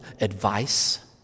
advice